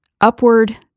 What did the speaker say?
upward